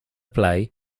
play